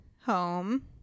home